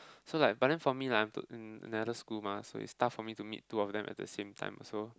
so like but then for me like I'm to in another school mah so is tough for me to meet two of them at the same time also